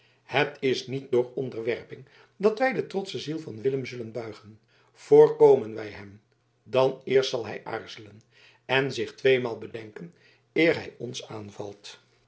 het is niet door onderwerping dat wij de trotsche ziel van willem zullen buigen voorkomen wij hem dan eerst zal hij aarzelen en zich tweemalen bedenken eer hij ons aanvalt